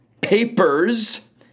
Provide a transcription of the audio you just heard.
papers